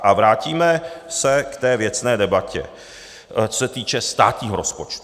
A vrátíme se k té věcné debatě, co se týče státního rozpočtu.